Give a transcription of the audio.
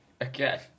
Again